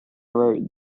wrote